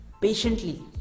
patiently